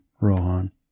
rohan